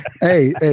hey